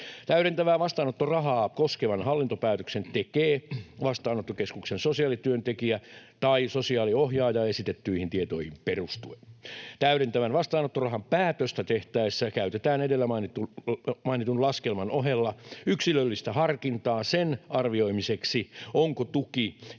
Täydentävää vastaanottorahaa koskevan hallintopäätöksen tekee vastaanottokeskuksen sosiaalityöntekijä tai sosiaaliohjaaja esitettyihin tietoihin perustuen. Täydentävän vastaanottorahan päätöstä tehtäessä käytetään edellä mainitun laskelman ohella yksilöllistä harkintaa sen arvioimiseksi, onko tuki